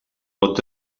pot